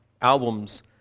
albums